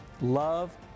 Love